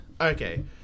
Okay